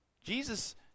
Jesus